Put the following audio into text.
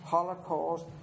Holocaust